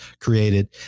created